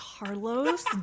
Carlos